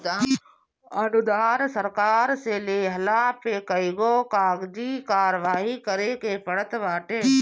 अनुदान सरकार से लेहला पे कईगो कागजी कारवाही करे के पड़त बाटे